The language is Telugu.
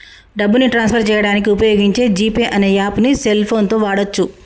డబ్బుని ట్రాన్స్ ఫర్ చేయడానికి వుపయోగించే జీ పే అనే యాప్పుని సెల్ ఫోన్ తో వాడచ్చు